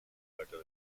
puerto